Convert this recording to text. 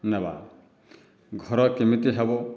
ନେବା ଘର କେମିତି ହେବ